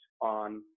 on